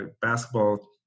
basketball